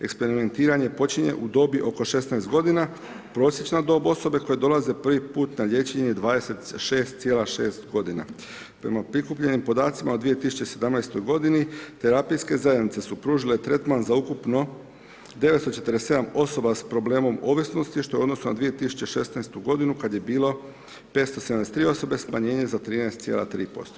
Eksperimentiranje počinje u dobi oko 16 g., prosječna dob osobe koja dolaze prvi put na liječenje, 26,6 g. Prema prikupljenim podacima u 2017. g. terapijske zajednice su pružile tretman za ukupno 947 osoba sa problemom ovisnosti što u odnosu na 2016. g. kad je bilo 573 osobe, smanjene za 13,3%